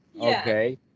okay